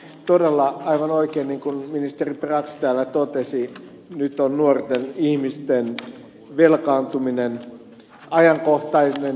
todella aivan oikein niin kuin ministeri brax täällä totesi nyt on nuorten ihmisten velkaantuminen ajankohtainen ongelma